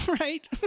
right